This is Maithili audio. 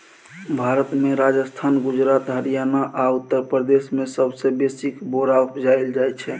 भारत मे राजस्थान, गुजरात, हरियाणा आ उत्तर प्रदेश मे सबसँ बेसी बोरा उपजाएल जाइ छै